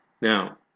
Now